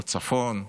בצפון.